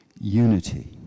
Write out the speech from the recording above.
unity